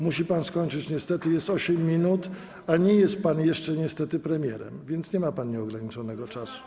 Musi pan skończyć, niestety jest 8 minut, a nie jest pan jeszcze niestety premierem, więc nie ma pan nieograniczonego czasu.